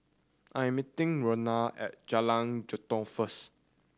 I am meeting Regina at Jalan Jelutong first